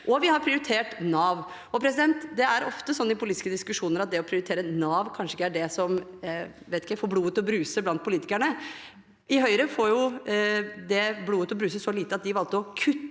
Og vi har prioritert Nav. Det er ofte sånn i politiske diskusjoner at det å prioritere Nav kanskje ikke er det som får blodet til å bruse blant politikerne. I Høyre får det blodet til å bruse så lite at de valgte å kutte